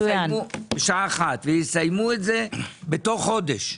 ב-13:00, ויסיימו זאת בתוך חודש.